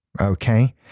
Okay